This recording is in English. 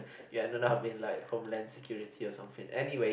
you are not I've been like home land security or something anyway